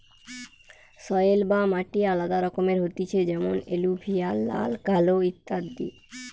soil বা মাটি আলাদা রকমের হতিছে যেমন এলুভিয়াল, লাল, কালো ইত্যাদি